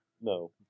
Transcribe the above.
No